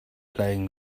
playing